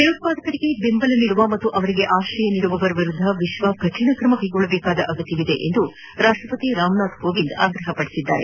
ಭಯೋತ್ವಾದಕರಿಗೆ ಬೆಂಬಲ ನೀಡುವ ಹಾಗೂ ಅವರಿಗೆ ಆಶ್ರಯ ನೀಡುವವರ ವಿರುದ್ದ ವಿಶ್ವ ಕಠಿಣ ಕ್ರಮಕ್ಕೆಗೊಳ್ಳುವ ಅಗತ್ಜವಿದೆ ಎಂದು ರಾಷ್ಟಪತಿ ರಾಮನಾಥ್ ಕೋವಿಂದ್ ಹೇಳಿದ್ದಾರೆ